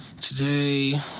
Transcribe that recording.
today